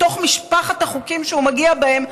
בתוך משפחת החוקים שהוא מגיע בהם,